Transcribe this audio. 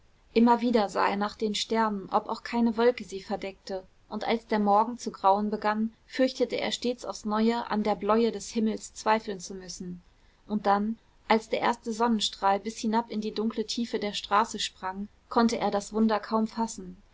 immer wieder sah er nach den sternen ob auch keine wolke sie verdeckte und als der morgen zu grauen begann fürchtete er stets aufs neue an der bläue des himmels zweifeln zu müssen und dann als der erste sonnenstrahl bis hinab in die dunkle tiefe der straße sprang konnte er das wunder kaum fassen